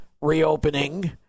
reopening